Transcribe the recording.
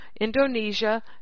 Indonesia